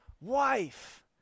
wife